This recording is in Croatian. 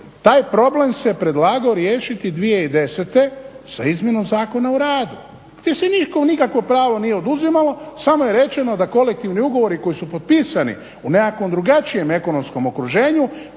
taj problem se predlagao riješiti 2010. sa izmjenom Zakona o radu gdje se nikom nikakvo pravo nije oduzimalo samo je rečeno da kolektivni ugovori koji su potpisani u nekakvom drugačijem ekonomskom okruženju